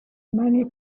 many